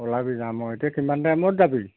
ওলাবি যাম অঁ এতিয়া কিমান টাইমত যাবি